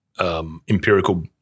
empirical